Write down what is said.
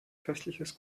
köstliches